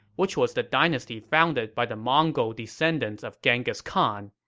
which was the dynasty founded by the mongol descendants of genghis khan.